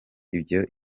ibyo